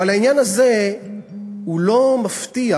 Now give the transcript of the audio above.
אבל העניין הזה הוא לא מפתיע,